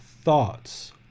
thoughts